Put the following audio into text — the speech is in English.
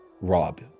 Rob